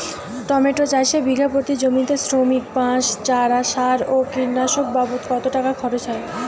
Tomato চাষে বিঘা প্রতি জমিতে শ্রমিক, বাঁশ, চারা, সার ও কীটনাশক বাবদ কত টাকা খরচ হয়?